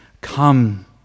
come